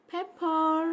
Pepper